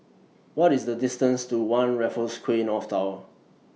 What IS The distance to one Raffles Quay North Tower